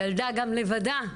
ילדה גם לבדה.